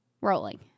Rolling